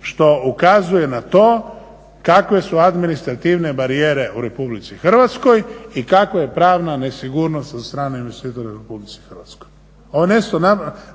što ukazuje na to kakve su administrativne barijere u Republici Hrvatskoj i kakva je pravna nesigurnost od strane investitora u Republici Hrvatskoj. One su